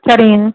சரிங்க